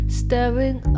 staring